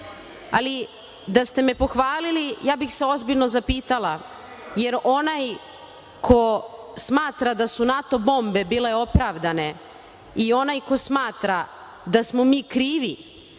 da ste me pohvalili, ja bih se ozbiljno zapitala, jer onaj ko smatra da su NATO bombe bile opravdane i onaj ko smatra da smo mi krivi